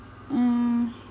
mm